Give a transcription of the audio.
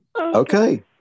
Okay